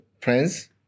friends